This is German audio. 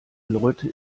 leute